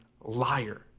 liar